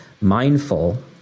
mindful